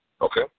Okay